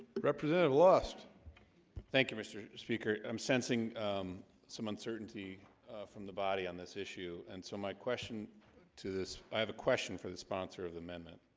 representative lost thank you mr. speaker i'm sensing some uncertainty from the body on this issue and so my question to this i have a question for the sponsor of the amendment